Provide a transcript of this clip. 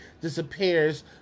disappears